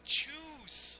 choose